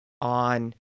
on